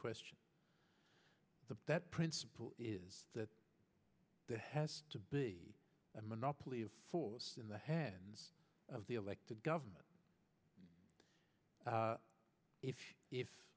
question the principle is that there has to be a monopoly of force in the hands of the elected government if if